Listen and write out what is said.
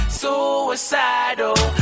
suicidal